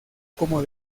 como